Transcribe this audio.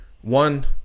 one